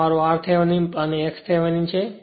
આ મારો r Thevenin and x Thevenin છે